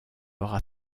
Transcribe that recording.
aura